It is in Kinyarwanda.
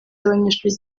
y’abanyeshuri